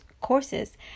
courses